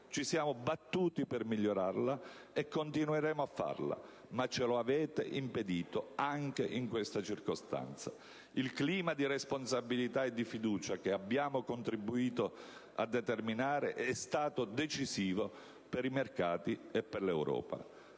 Ci siamo battuti per migliorarla e continueremo a farlo, ma ce lo avete impedito. Il clima di responsabilità e fiducia che abbiamo contribuito a determinare è stato decisivo per i mercati e per l'Europa.